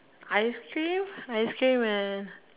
ice cream ice cream and